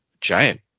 giant